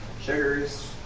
sugars